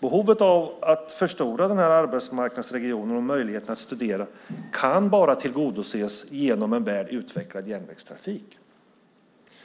Behovet av att förstora arbetsmarknadsregionen och möjligheten att studera kan bara tillgodoses genom en väl utvecklad järnvägstrafik.